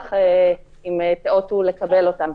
נשמח אם תיאותו לקבל אותם.